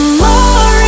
more